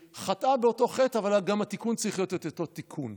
חטאה באותו חטא אבל גם התיקון צריך להיות אותו תיקון: